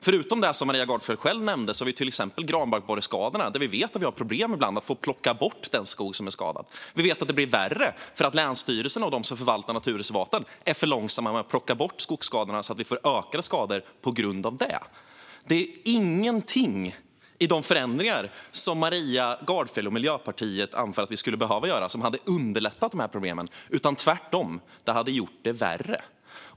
Förutom det Maria Gardfjell själv nämnde har vi till exempel granbarkborreskadorna, där vi vet att vi ibland har problem att få plocka bort den skog som är skadad. Vi vet också att det blir värre för att länsstyrelserna och de som förvaltar naturreservaten är för långsamma med att plocka bort skogsskadorna, så att vi får ökade skador på grund av det. Det finns ingenting i de förändringar som Maria Gardfjell och Miljöpartiet anför att vi skulle behöva göra som hade underlättat de här problemen, utan de hade tvärtom gjort dem värre.